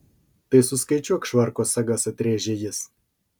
tai suskaičiuok švarko sagas atrėžė jis